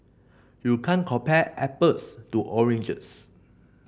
you can't compare apples to oranges